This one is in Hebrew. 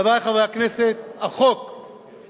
חברי חברי הכנסת, החוק מצוין,